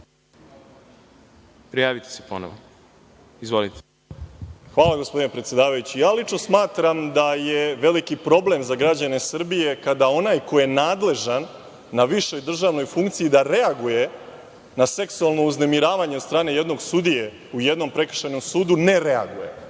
koju vodimo. **Boško Obradović** Hvala, gospodine predsedavajući. Lično smatram da je veliki problem za građane Srbije kada onaj ko je nadležan na višoj državnoj funkciji da reaguje na seksualno uznemiravanje od strane jednog sudije u jednom prekršajnom sudu – ne reaguje.